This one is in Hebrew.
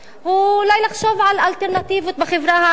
היא אולי לחשוב על אלטרנטיבות החברה הערבית,